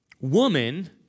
woman